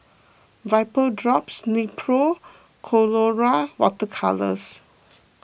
Vapodrops Nepro Colora Water Colours